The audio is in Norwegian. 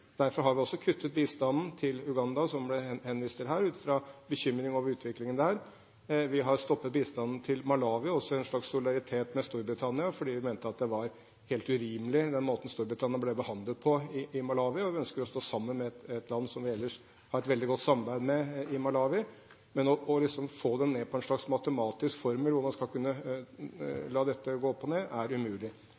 Vi har kuttet bistanden til Uganda, som det ble henvist til her, ut fra en bekymring over utviklingen der. Vi har stoppet bistanden til Malawi, også i en slags solidaritet med Storbritannia, fordi vi mente det var helt urimelig den måten Storbritannia ble behandlet på i Malawi. Vi ønsker å stå sammen med et land som vi ellers har et veldig godt samarbeid med i Malawi. Men å få dette ned i en matematisk formel, hvor man skal kunne